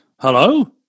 hello